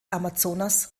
amazonas